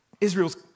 Israel's